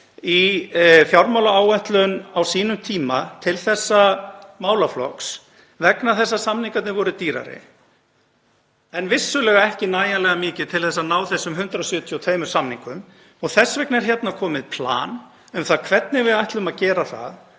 í fjármálaáætlun á sínum tíma til þessa málaflokks vegna þess að samningarnir voru dýrari, en vissulega ekki nægjanlega mikið til að ná þessum 172 samningum. Þess vegna er hérna komið plan um það hvernig við ætlum að gera það